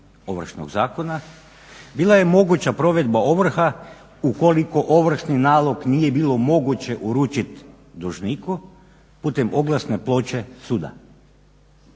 Ovršnog zakona bila je moguća provedba ovrha ukoliko ovršni nalog nije bilo moguće uručiti dužniku putem oglasne ploče suda.